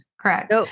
Correct